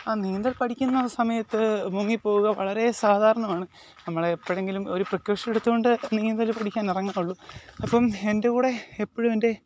അ നീന്തൽ പഠിക്കുന്ന സമയത്ത് മുങ്ങിപ്പോവുക വളരേ സാധാരണമാണ് നമ്മൾ എപ്പോഴെങ്കിലും ഒരു പ്രക്ക്വേഷൻ എടുത്തു കൊണ്ട് നീന്തൽ പഠിക്കാൻ ഇറങ്ങുകയുള്ളു അപ്പം എന്റെ കൂടെ എപ്പോഴും എന്റെ